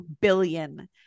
billion